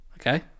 Okay